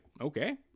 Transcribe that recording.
okay